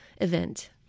event